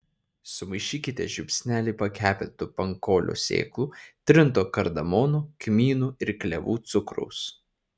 sumaišykite žiupsnelį pakepintų pankolio sėklų trinto kardamono kmynų ir klevų cukraus